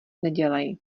nedělej